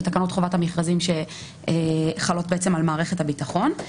ותקנות חובת המכרזים שחלות בעצם על מערכת הביטחון.